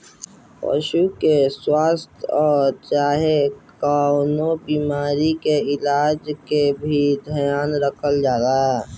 पशु के स्वास्थ आ चाहे कवनो बीमारी के इलाज के भी ध्यान रखल जाला